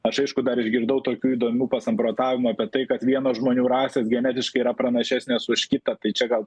aš aišku dar išgirdau tokių įdomių pasamprotavimų apie tai kad vienos žmonių rasės genetiškai yra pranašesnės už kitą tai čia gal